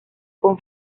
con